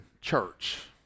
church